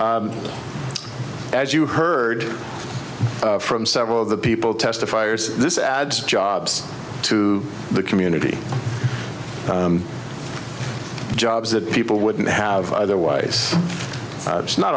as you heard from several of the people testifiers this add jobs to the community jobs that people wouldn't have otherwise it's not